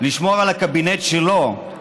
לשמור על הקבינט שלו,